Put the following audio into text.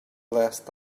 last